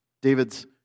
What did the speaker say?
David's